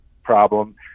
Problem